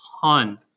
ton